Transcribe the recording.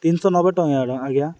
ତିନିଶହ ନବେ ଟଙ୍କା ଏଟା ଆଜ୍ଞା